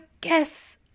guess